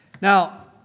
Now